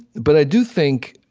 but i do think,